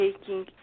taking